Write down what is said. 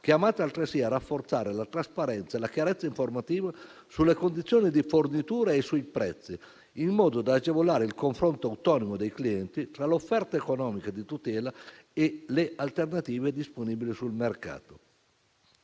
chiamata altresì a rafforzare la trasparenza e la chiarezza informativa sulle condizioni di fornitura e sui prezzi, in modo da agevolare il confronto autonomo dei clienti tra le offerte economiche di tutela e le alternative disponibili sul mercato.